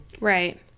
right